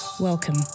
Welcome